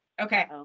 Okay